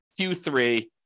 Q3